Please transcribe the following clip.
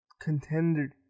contender